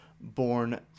born